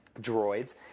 droids